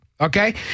okay